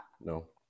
No